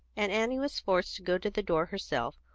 and annie was forced to go to the door herself,